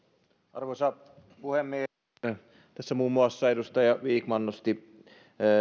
arvoisa puhemies tässä muun muassa edustaja vikman nosti